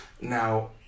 Now